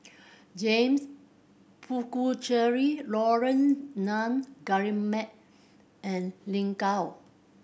James Puthucheary Laurence Nun Guillemard and Lin Gao